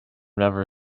never